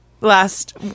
last